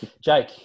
Jake